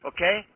Okay